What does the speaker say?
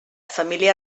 família